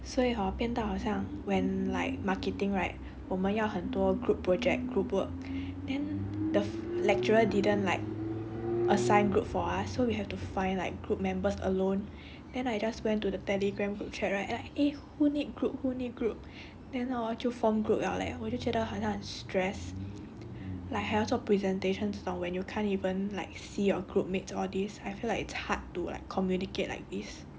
所以 hor 变得好像 when like marketing right 我们要很多 group project group work then the lecturer didn't like assign group for us so we have to find like group members alone then I just went to the telegram group chat right like eh who need group who need group then hor 就 form group liao leh 我就觉得好像很 stress like 还要做 presentations 这种 when you can't even like see your group mates all these I feel like it's hard to like communicate like this